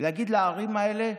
ולהגיד לערים האלה: